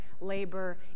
labor